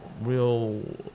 real